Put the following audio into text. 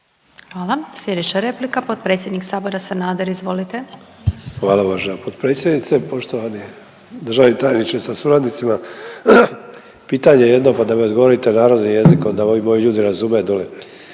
Hvala. Sljedeća replika, potpredsjednik Sabora Sanader, izvolite. **Sanader, Ante (HDZ)** Hvala uvažena potpredsjednice, poštovani državni tajniče sa suradnicima. Pitanje jedno pa da mi odgovorite narodnim jezikom da ovi moji ljudi razume dolje.